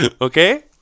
Okay